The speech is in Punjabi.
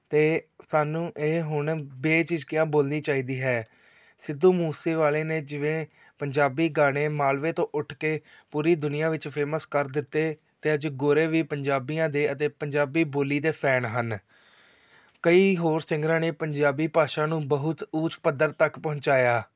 ਅਤੇ ਸਾਨੂੰ ਇਹ ਹੁਣ ਬੇਝਿਜਕਿਆਂ ਬੋਲਣੀ ਚਾਹੀਦੀ ਹੈ ਸਿੱਧੂ ਮੂਸੇ ਵਾਲੇ ਨੇ ਜਿਵੇਂ ਪੰਜਾਬੀ ਗਾਣੇ ਮਾਲਵੇ ਤੋਂ ਉੱਠ ਕੇ ਪੂਰੀ ਦੁਨੀਆਂ ਵਿੱਚ ਫੇਮਸ ਕਰ ਦਿੱਤੇ ਅਤੇ ਅੱਜ ਗੋਰੇ ਵੀ ਪੰਜਾਬੀਆਂ ਦੇ ਅਤੇ ਪੰਜਾਬੀ ਬੋਲੀ ਦੇ ਫੈਨ ਹਨ ਕਈ ਹੋਰ ਸਿੰਗਰਾਂ ਨੇ ਪੰਜਾਬੀ ਭਾਸ਼ਾ ਨੂੰ ਬਹੁਤ ਉੱਚ ਪੱਧਰ ਤੱਕ ਪਹੁੰਚਾਇਆ